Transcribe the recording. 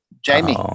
jamie